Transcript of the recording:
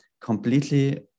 completely